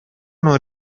non